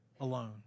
alone